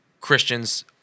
Christians